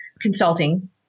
consulting